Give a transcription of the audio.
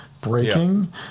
breaking